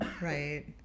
right